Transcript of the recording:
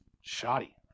shoddy